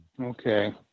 Okay